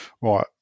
Right